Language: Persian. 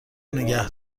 نگه